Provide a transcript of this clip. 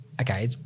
okay